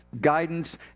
guidance